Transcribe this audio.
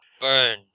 Burn